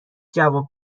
جواب